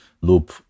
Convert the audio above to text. loop